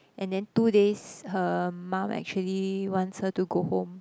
and then two days her mum actually wants her to go home